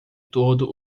todo